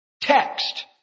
text